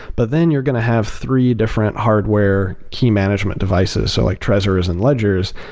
but then you're going to have three different hardware key management devices, so like trezors and ledgers,